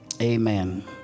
Amen